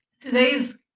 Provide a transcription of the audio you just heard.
today's